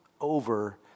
over